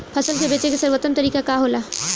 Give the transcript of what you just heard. फसल के बेचे के सर्वोत्तम तरीका का होला?